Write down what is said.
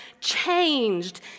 changed